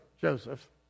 Joseph